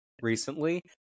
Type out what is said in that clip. recently